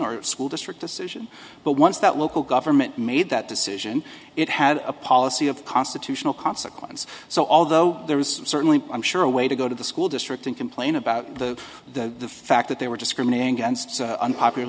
or school district decision but once that local government made that decision it had a policy of constitutional consequence so although there was certainly i'm sure a way to go to the school district and complain about the the fact that they were discriminating against unpopular